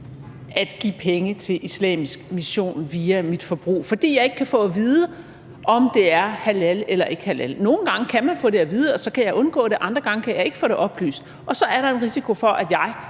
til give penge til islamisk mission via mit forbrug, fordi jeg ikke kan få at vide, om det er halal eller ikke er halal. Nogle gange kan man få det at vide, og så kan jeg undgå det; andre gange kan jeg ikke få det oplyst, og så er der en risiko for, at jeg